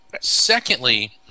Secondly